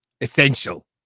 essential